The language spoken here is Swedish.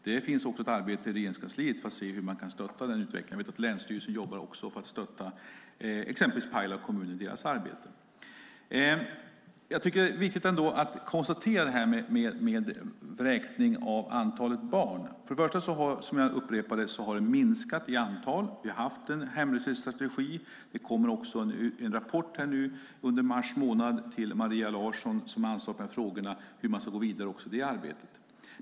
Det pågår också ett arbete i Regeringskansliet för att se hur man kan stötta den utvecklingen. Jag vet att länsstyrelsen också jobbar för att stötta exempelvis Pajala kommun i deras arbete. Det är ändå viktigt att konstatera några saker om antalet vräkta barn. Först och främst kan jag upprepa att antalet har minskat. Vi har haft en hemlöshetsstrategi, och i mars kommer en rapport till Maria Larsson som är ansvarig för de här frågorna om hur man ska gå vidare i det arbetet.